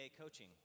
coaching